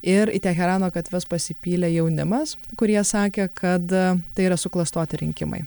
ir į teherano gatves pasipylė jaunimas kurie sakė kad tai yra suklastoti rinkimai